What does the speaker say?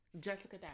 Jessica